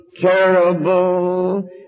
terrible